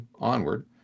onward